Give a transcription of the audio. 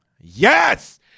Yes